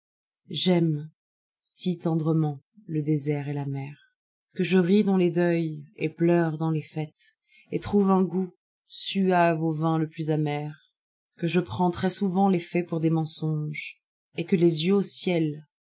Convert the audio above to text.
j'aime si tendrement le désert et la mer que je ris dans les deuils et pleure dans les fêtes et trouve un goût suave au vin le plus amer que je prends très-souvent les faits pour des mensonges et que les yeux au ciel